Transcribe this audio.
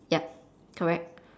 ya correct